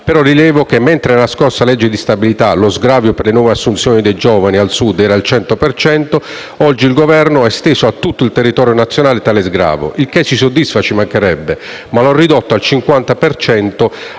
Però, rilevo che mentre nella scorsa legge di stabilità lo sgravio per le nuove assunzioni dei giovani al Sud era del 100 per cento, oggi il Governo ha esteso a tutto il territorio nazionale tale sgravio - il che ci soddisfa - ma lo ha ridotto al 50